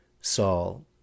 Saul